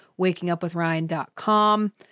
WakingUpWithRyan.com